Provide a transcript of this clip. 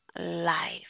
life